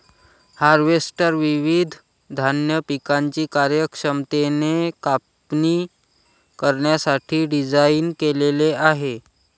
harvester विविध धान्य पिकांची कार्यक्षमतेने कापणी करण्यासाठी डिझाइन केलेले आहे